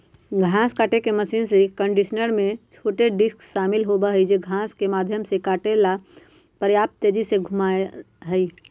घास काटे के मशीन कंडीशनर में छोटे डिस्क शामिल होबा हई जो घास के माध्यम से काटे ला पर्याप्त तेजी से घूमा हई